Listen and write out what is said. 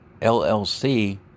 LLC